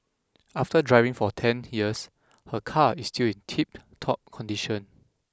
after driving for ten years her car is still in tiptop condition